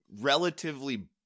relatively